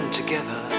together